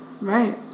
right